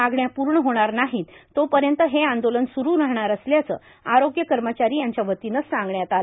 मागण्या पूर्ण होणार नाहीत तोपर्यंत हे आंदोलन सुरु राहणार असल्याचं आरोग्य कर्मचारी यांच्या वतीनं सांगण्यात आलं